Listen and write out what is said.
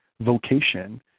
vocation